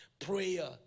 prayer